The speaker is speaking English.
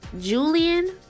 julian